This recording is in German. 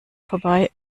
vorbei